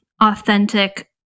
authentic